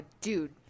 dude